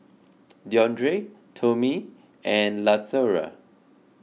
Deondre Tomie and Latoria